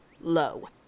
low